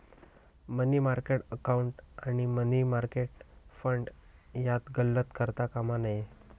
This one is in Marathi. मनी मार्केट अकाउंट आणि मनी मार्केट फंड यात गल्लत करता कामा नये